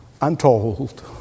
untold